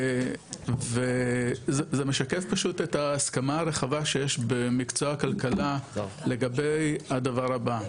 וזה משקף פשוט את ההסכמה הרחבה שיש במקצוע הכלכלה לגבי הדבר הבא,